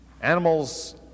Animals